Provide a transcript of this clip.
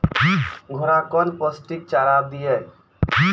घोड़ा कौन पोस्टिक चारा दिए?